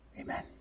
Amen